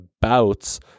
bouts